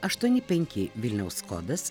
aštuoni penki vilniaus kodas